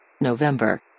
November